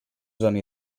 doni